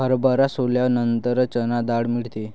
हरभरा सोलल्यानंतर चणा डाळ मिळते